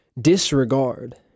disregard